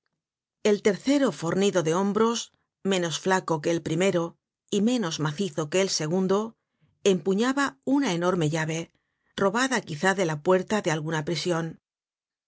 el tercero fornido de hombros menos flaco que el primero y menos macizo que el segundo empuñaba una enorme llave robada quizá de la puerta de alguna prision